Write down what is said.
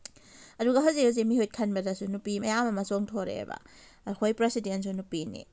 ꯑꯗꯨꯒ ꯍꯧꯖꯤꯛ ꯍꯧꯖꯤꯛ ꯃꯤꯍꯨꯠ ꯈꯟꯕꯗꯁꯨ ꯅꯨꯄꯤ ꯃꯌꯥꯝ ꯑꯃ ꯆꯣꯡꯊꯣꯔꯛꯑꯦꯕ ꯑꯩꯈꯣꯏ ꯄ꯭ꯔꯁꯤꯗꯦꯟꯁꯨ ꯅꯨꯄꯤꯅꯤ